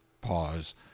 Pause